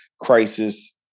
crisis